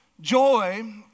Joy